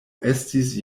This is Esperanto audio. estis